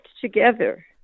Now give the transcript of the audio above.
together